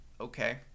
okay